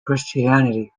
christianity